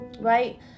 Right